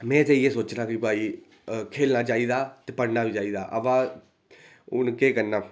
में ते इ'यै सोचना कि भाई खेढना चाहिदा ते पढ़ना बी चाहिदा अबा हून केह् करना